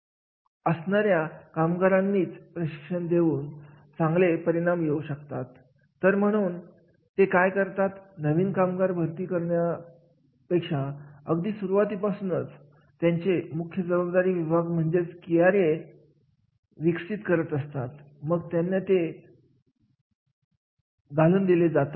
महत्त्वाचे म्हणजे त्या कार्यासाठी असणारी जबाबदारी म्हणजेच तो व्यक्ती जबाबदार आहे का तो त्या कार्याच्या कामगिरीची जबाबदारी घेत आहे एका महिला जबाबदारी जर उच्च पातळीचे असेल तर ते कार्य महत्त्वाचे असे समजले जाते